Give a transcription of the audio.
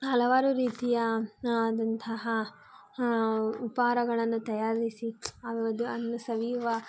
ಹಲವಾರು ರೀತಿಯ ಆದಂತಹ ಉಪಹಾರಗಳನ್ನು ತಯಾರಿಸಿ ಅದನ್ನು ಸವಿಯುವ